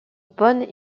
bonne